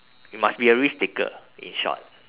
you must be a risk taker in short